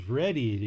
ready